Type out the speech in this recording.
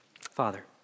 Father